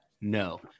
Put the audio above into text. No